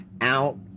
out